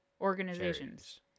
organizations